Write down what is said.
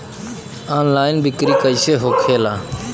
Online बिक्री कैसे होखेला?